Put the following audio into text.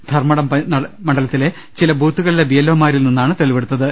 ധർമ്മടം മണ്ഡലത്തിലെ ചില ബൂത്തുക ളിലെ ബി എൽ ഒ മാരിൽ നിന്നാണ് തെളിവെടുത്തത്